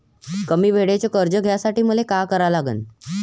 कमी वेळेचं कर्ज घ्यासाठी मले का करा लागन?